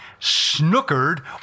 snookered